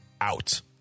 out